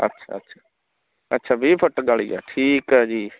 ਅੱਛਾ ਅੱਛਾ ਅੱਛਾ ਵੀਹ ਫੁੱਟ ਗਲੀ ਆ ਠੀਕ ਆ ਜੀ